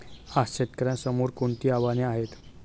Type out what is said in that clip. आज शेतकऱ्यांसमोर कोणती आव्हाने आहेत?